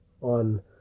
on